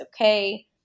okay